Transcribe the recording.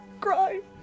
Cry